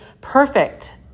perfect